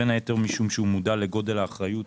בין היתר משום שהם מודעים לגודל האחריות